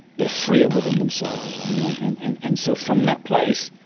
they're freer within themselves. you know and and and so from that place,